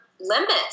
limits